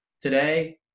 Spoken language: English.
today